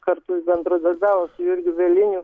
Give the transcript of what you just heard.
kartu jis bendradarbiavo su jurgiu bieliniu